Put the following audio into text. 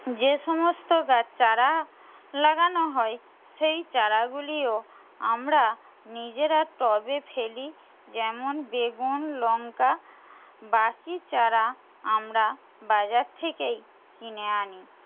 যে সমস্ত গাছ চারা লাগানো হয় সেই চারাগুলিও আমরা নিজেরা টবে ফেলি যেমন বেগুন লঙ্কা বাকি চারা আমরা বাজার থেকেই কিনে আনি